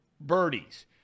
birdies